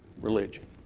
religion